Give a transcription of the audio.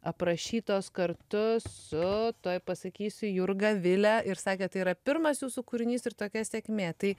aprašytos kartu su tuoj pasakysiu jurga vile ir sakėt tai yra pirmas jūsų kūrinys ir tokia sėkmė tai